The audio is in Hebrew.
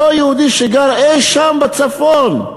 אותו יהודי שגר אי-שם בצפון,